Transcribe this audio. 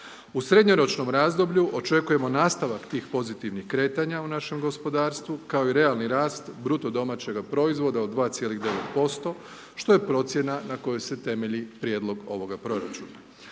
U srednjoročnom razdoblju očekujemo nastavak tih pozitivnih kretanja u našem gospodarstvu, kao i realni rast BDP-a od 2,9%, što je procjena na kojoj se temelji prijedlog ovoga proračuna.